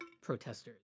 protesters